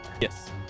Yes